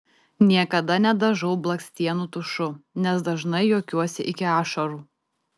niekada nedažau blakstienų tušu nes dažnai juokiuosi iki ašarų